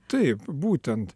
taip būtent